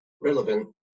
relevant